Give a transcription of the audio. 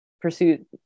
pursuit